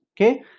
okay